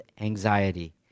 anxiety